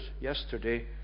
yesterday